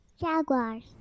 Jaguars